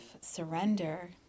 surrender